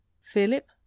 Philip